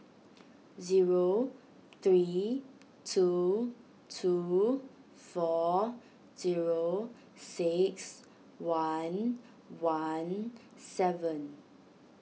zero three two two four zero six one one seven